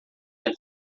and